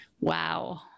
Wow